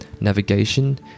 navigation